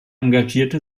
engagierte